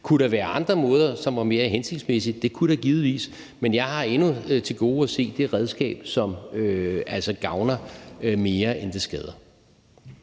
Kunne der være andre måder, som var mere hensigtsmæssige? Det kunne der givetvis være. Men jeg har endnu til gode at se det redskab, som altså gavner mere, end det skader.